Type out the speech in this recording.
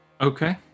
okay